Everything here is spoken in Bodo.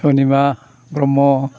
सनिमा ब्रह्म